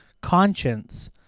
conscience